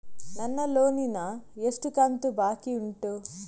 ನನ್ನ ಲೋನಿನ ಎಷ್ಟು ಕಂತು ಬಾಕಿ ಉಂಟು?